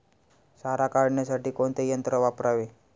सारा काढण्यासाठी कोणते यंत्र वापरावे?